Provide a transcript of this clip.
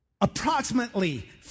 Approximately